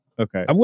Okay